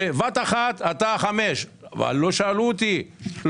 בבת אחת אתה 5. לא שאלו אותי,